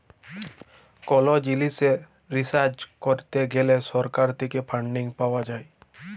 call জিলিসে research করত গ্যালে সরকার থেক্যে ফান্ডিং পাওয়া যায়